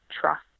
trust